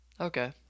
Okay